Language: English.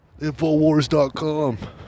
infowars.com